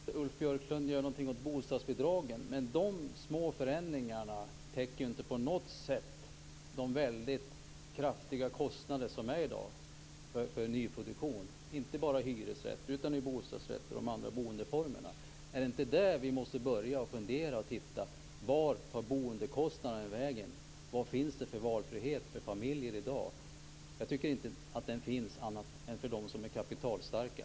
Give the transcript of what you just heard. Fru talman! Det är väl bra att Ulf Björklund gör något åt bostadsbidragen. Men de små förändringarna täcker inte på något sätt de väldigt kraftiga kostnader för nyproduktion som är i dag, inte bara för hyresrätter utan även för bostadsrätter och andra boendeformer. Måste vi inte börja fundera över var boendekostnaderna tar vägen? Vad finns det för valfrihet för familjer i dag? Jag tycker inte att den finns annat än för dem som är kapitalstarka.